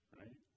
right